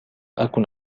أكن